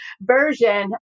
version